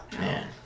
man